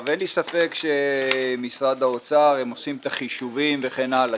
אין לי ספק שמשרד האוצר עושה את החישובים וכן הלאה.